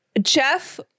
Jeff